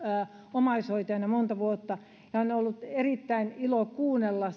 omaishoitajana monta vuotta ja on ollut erittäin ilo kuunnella